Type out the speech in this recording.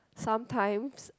sometimes